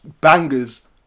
bangers